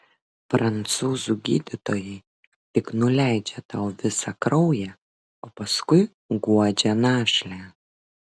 prancūzų gydytojai tik nuleidžia tau visą kraują o paskui guodžia našlę